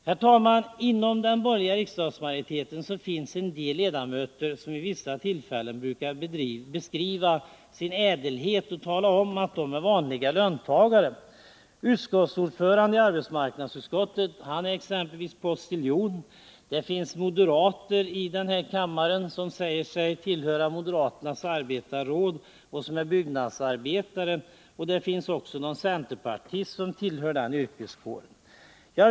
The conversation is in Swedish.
Herr talman! Inom den borgerliga riksdagsmajoriteten finns en del ledamöter som vid vissa tillfällen brukar beskriva sin ädelhet och tala om att de är vanliga löntagare. Utskottsordföranden i arbetsmarknadsutskottet är exempelvis postiljon — det finns någon moderat i den här kammaren som säger sig tillhöra moderaternas arbetarråd och som är byggnadsarbetare. Det finns också någon centerpartist som tillhör den yrkeskåren.